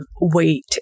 weight